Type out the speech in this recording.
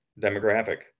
demographic